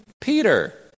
Peter